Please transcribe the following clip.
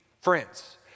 Friends